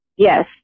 Yes